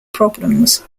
problems